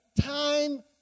time